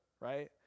right